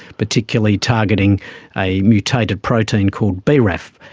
particularly targeting a mutated protein called braf.